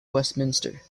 westminster